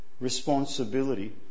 responsibility